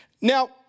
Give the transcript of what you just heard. Now